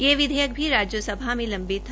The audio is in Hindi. ये विधेयक भी राज्यसभा में लंम्बित था